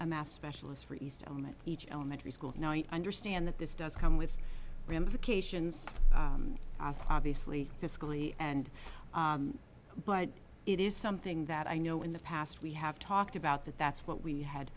a mass specialist for east element each elementary school now i understand that this does come with ramifications obviously to scully and but it is something that i know in the past we have talked about that that's what we had